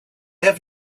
have